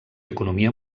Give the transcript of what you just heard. economia